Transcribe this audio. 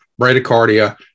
bradycardia